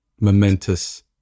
momentous